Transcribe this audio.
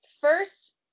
first